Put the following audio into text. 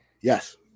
Yes